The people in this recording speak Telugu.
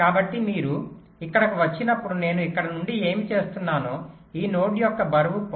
కాబట్టి మీరు ఇక్కడకు వచ్చినప్పుడు నేను ఇక్కడ నుండి ఏమి చేస్తున్నానో ఈ నోడ్ యొక్క బరువు 0